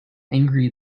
angry